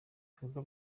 bikorwa